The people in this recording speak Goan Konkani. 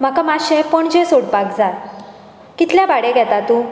म्हाका मातशें पणजे सोडपाक जाय कितलें भाडें घेता तूं